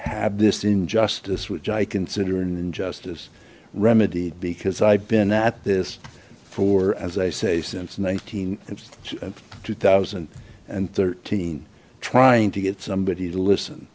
have this injustice which i consider an injustice remedied because i've been at this for as i say since nineteen two thousand and thirteen trying to get somebody to listen